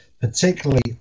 particularly